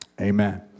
Amen